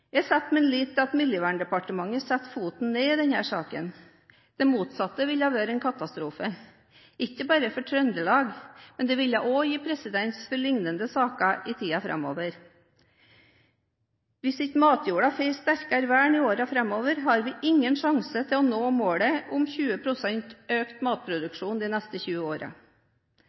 Jeg setter min lit til at Miljøverndepartementet setter foten ned i denne saken. Det motsatte ville vært en katastrofe, ikke bare for Trøndelag. Det ville også gitt presedens for lignende saker i tiden framover. Hvis ikke matjord får et sterkere vern i årene framover, har vi ingen sjanse til å nå målet om 20 pst. økt matproduksjon de neste 20 årene.